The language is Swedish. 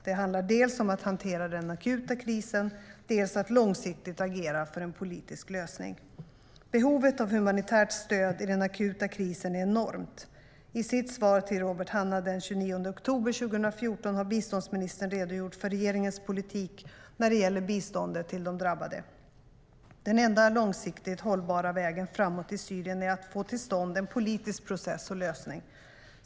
Det handlar dels om att hantera den akuta krisen, dels att långsiktigt agera för en politisk lösning. Behovet av humanitärt stöd i den akuta krisen är enormt. I sitt svar till Robert Hannah den 29 oktober 2014 har biståndsministern redogjort för regeringens politik när det gäller biståndet till de drabbade. Den enda långsiktigt hållbara vägen framåt i Syrien är att få till stånd en politisk process och lösning.